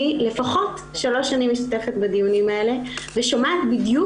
אני לפחות שלוש שנים משתתפת בדיונים האלה ושומעת בדיוק